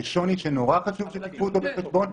זה שוני שמאוד חשוב שתיקחו בחשבון.